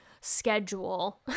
schedule